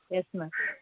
yes ma'am